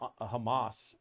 Hamas